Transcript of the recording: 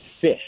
fish